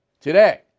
today